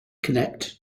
connect